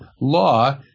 law